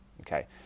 okay